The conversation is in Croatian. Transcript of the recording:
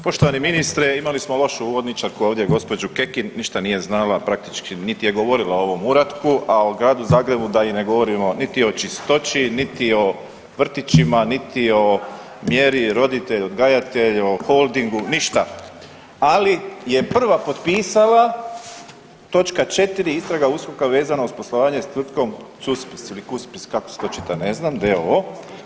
Poštovani ministre, imali smo lošu uvodničarku ovdje gospođu Kekin ništa nije znala praktički niti je govorila o ovom uratku, a o gradu Zagrebu da i ne govorimo niti o čistoći, niti o vrtićima, niti o mjeri roditelj-odgajatelj, o Holdingu, ništa, ali je prva potpisala točka 4. istraga USKOK-a vezano uz poslovanje s tvrtkom CUSPIS ili Kuspis kako se to čita ne znam, d.o.o.